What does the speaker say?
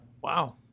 Wow